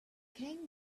came